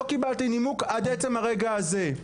לא קיבלתי נימוק עד עצם הרגע הזה,